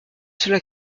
cela